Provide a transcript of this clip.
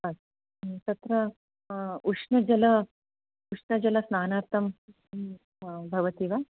अस्तु तत्र उष्णजलम् उष्णजलस्नानार्थं भवति वा